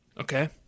Okay